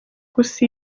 gusa